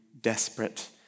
desperate